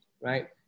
right